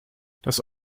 das